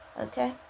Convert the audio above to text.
Okay